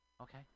Okay